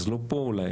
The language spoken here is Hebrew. אז לא פה אולי,